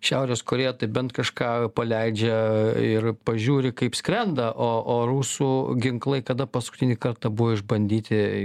šiaurės korėja tai bent kažką paleidžia ir pažiūri kaip skrenda o o rusų ginklai kada paskutinį kartą buvo išbandyti